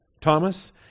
Thomas